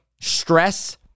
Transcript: stress